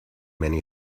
many